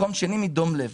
מקום שני מדום לב.